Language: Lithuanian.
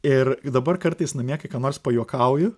ir dabar kartais namie kai ką nors pajuokauju